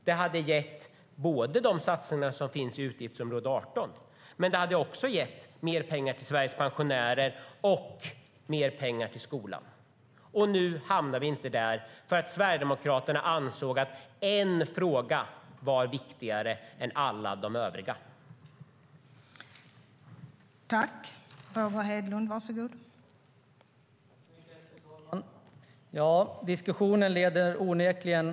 Det hade gett pengar till de satsningar som finns i utgiftsområde 18, men det hade också gett mer pengar till Sveriges pensionärer och mer pengar till skolan.